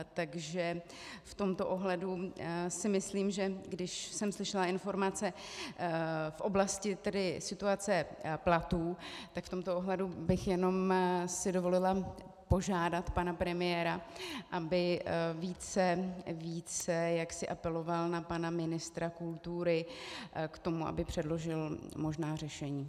Takže v tomto ohledu si myslím, že když jsem slyšela informace v oblasti situace platů, tak v tomto ohledu bych jenom si dovolila požádat pana premiéra, aby více jaksi apeloval na pana ministra kultury k tomu, aby předložil možná řešení.